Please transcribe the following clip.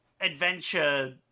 adventure